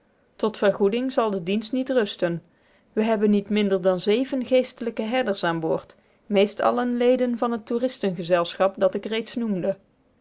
tot vergoeding zal de dienst niet rusten we hebben niet minder dan zeven geestelijke herders aan boord meest allen leden van het toeristengezelschap dat ik reeds noemde